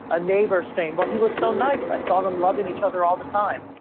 ah neighbours saying, well he was so nice. i saw them loving each other all the time.